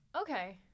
Okay